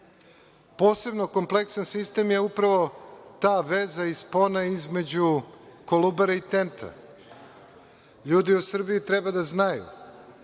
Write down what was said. kompleksan sistem je upravo ta veza i spona između „Kolubare“ i Tenta. LJudi u Srbiji treba da znaju